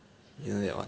you know that one